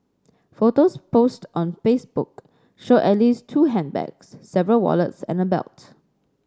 photos posted on Facebook showed at least two handbags several wallets and a belt